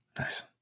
Nice